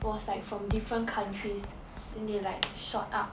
was like from different countries then they like shot up